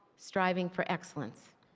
striving for excellence.